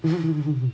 mmhmm